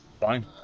Fine